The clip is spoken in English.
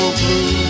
blue